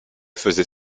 faisait